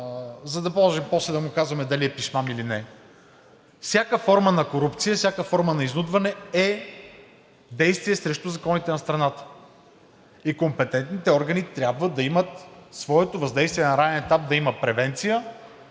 за да може после да му казваме дали е пишман, или не е, всяка форма на корупция, всяка форма на изнудване е действие срещу законите на страната и компетентните органи трябва да имат своето въздействие на ранен етап да има превенция,